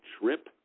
trip